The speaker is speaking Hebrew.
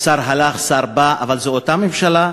שר הלך, שר בא, אבל זו אותה ממשלה,